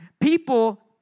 People